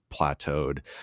plateaued